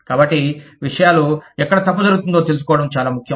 కాబట్టి విషయాలు ఎక్కడ తప్పు జరుగుతుందో తెలుసుకోవడం చాలా ముఖ్యం